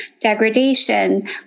degradation